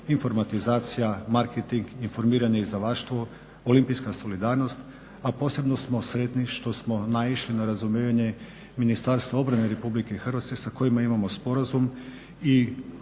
informatizacija, marketing, informiranje, izdavaštvo, olimpijska solidarnost, a posebno smo sretni što smo naišli na razumijevanje Ministarstva obrane RH sa kojim imamo sporazum i